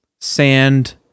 sand